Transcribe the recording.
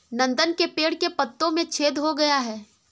नंदन के पेड़ के पत्तों में छेद हो गया है